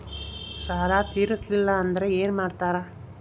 ಸಾಲ ತೇರಿಸಲಿಲ್ಲ ಅಂದ್ರೆ ಏನು ಮಾಡ್ತಾರಾ?